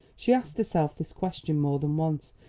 she asked herself this question more than once,